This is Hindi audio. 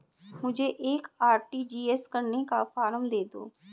मुझे एक आर.टी.जी.एस करने का फारम दे दो?